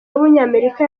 w’umunyamerika